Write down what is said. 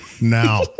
now